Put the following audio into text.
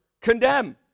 condemn